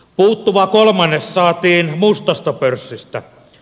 puuttuva kolmannes saatiin mustasta pörssistä